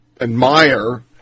admire